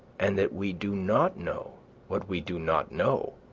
and that we do not know what we do not know,